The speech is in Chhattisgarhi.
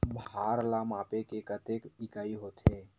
भार ला मापे के कतेक इकाई होथे?